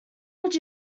would